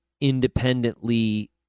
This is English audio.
independently